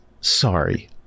sorry